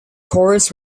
corus